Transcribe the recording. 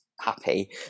happy